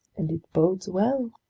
and it bodes well.